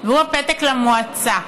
והוא הפתק למועצה,